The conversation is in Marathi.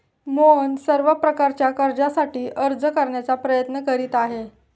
मोहन सर्व प्रकारच्या कर्जासाठी अर्ज करण्याचा प्रयत्न करीत आहे